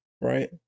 right